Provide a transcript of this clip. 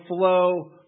flow